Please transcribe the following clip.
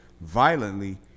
violently